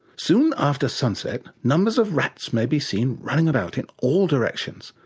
soon after sunset numbers of rats may be seen running about in all directions,